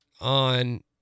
on